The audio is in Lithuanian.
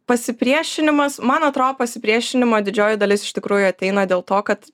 pasipriešinimas man atro pasipriešinimo didžioji dalis iš tikrųjų ateina dėl to kad